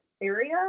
area